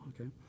okay